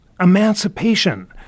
emancipation